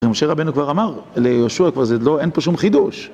ומשה רבנו כבר אמר, ליהושע כבר זה לא, אין פה שום חידוש